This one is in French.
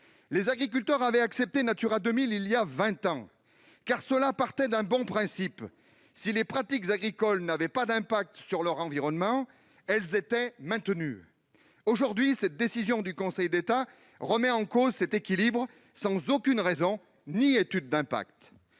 Les agriculteurs avaient accepté le zonage Natura 2000 il y a vingt ans, car il partait d'un bon principe : si les pratiques agricoles n'avaient pas d'impact sur leur environnement, elles étaient maintenues. La récente décision du Conseil d'État remet en cause cet équilibre, sans aucune raison ni aucune étude d'impact.